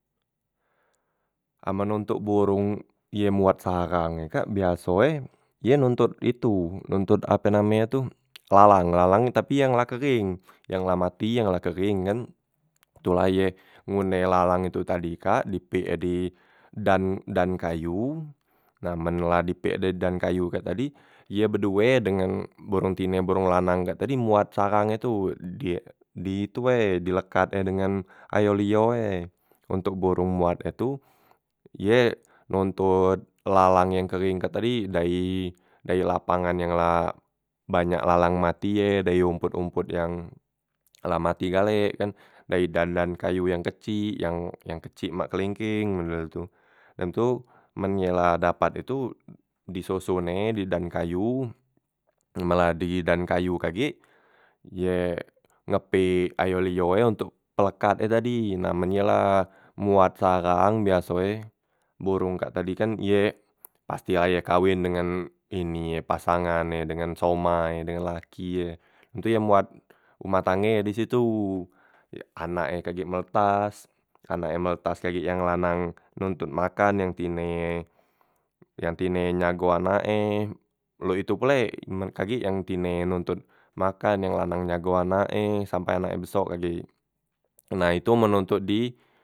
Amen ontok borong ye muat sarang e kak, ye biaso e ye nontot itu nontot ape name e tu lalang, lalang tapi yang la kering yang la mati yang la kering kan. Tu la ye ngune lalang itu tadi kak di pik e di dan dan kayu, nah men la di pik e di dan kayu kak tadi, ye bedue dengen borong tine borong lanang kak tadi muat sarang e tu die di itu wae dilekatnye dengan ayo liyo wae ontok borong muat e tu ye nontot lalang yang kering kak tadi dayi lapangan yang la banyak lalang mati ye, dayi rompot- rompot yang la mati gale, dayi dan- dan kayu yang kecik yang yang kecik mak kelengkeng menurut tu. Dem tu men ye la dapat itu disoson e di dan kayu men la di dan kayu kagek ye ngepik ayo liyo e ontok pelekat e tadi, nah ye men la muat sarang biaso e borong kak tadi kan ye pasti la ye kawen dengan ini ye dengan pasangan e dengan so mai e dengen laki e tu ye muat umah tangge disitu, anak e kagek meletas anak e meletas kagek yang lanang nontot makan yang tine e yang tine e jago anak e, lo itu pulek men kagek yang tine nontot makan yang lanang jago anak e sampe anak e besok kagek, nah itu men ontok di.